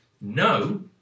no